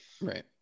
Right